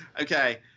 Okay